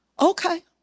okay